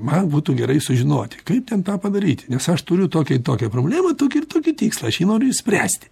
man būtų gerai sužinoti kaip ten tą padaryti nes aš turiu tokią ir tokią problemą tokį ir tokį tikslą aš noriu išspręsti